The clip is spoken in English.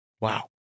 Wow